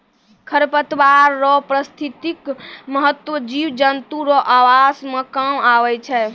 खरपतवार रो पारिस्थितिक महत्व जिव जन्तु रो आवास मे काम आबै छै